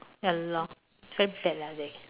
ya lor very bad lah they